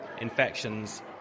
infections